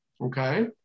okay